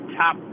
top